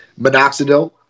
minoxidil